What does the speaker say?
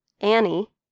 Annie